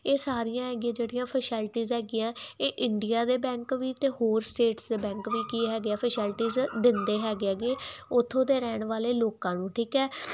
ਇਹ ਸਾਰੀਆਂ ਹੈਗੀਆਂ ਜਿਹੜੀਆਂ ਫੈਸਿਲਿਟੀਜ਼ ਹੈਗੀਆਂ ਇਹ ਇੰਡੀਆ ਦੇ ਬੈਂਕ ਵੀ ਤੇ ਹੋਰ ਸਟੇਟਸ ਦੇ ਬੈਂਕ ਵੀ ਕੀ ਹੈਗੇ ਆ ਫੈਸਲਟੀ ਦਿੰਦੇ ਹੈਗੇ ਹੈਗੇ ਉਥੋਂ ਦੇ ਰਹਿਣ ਵਾਲੇ ਲੋਕਾਂ ਨੂੰ ਠੀਕ ਹ